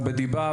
או בדיבה,